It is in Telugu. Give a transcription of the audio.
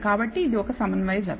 కాబట్టి ఇది ఒక సమన్వయ జత